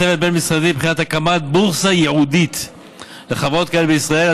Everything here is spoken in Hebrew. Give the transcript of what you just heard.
צוות בין-משרדי לבחינת הקמתה של בורסה ייעודית לחברות כאלה בישראל.